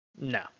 No